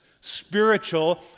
spiritual